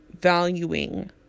valuing